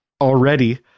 already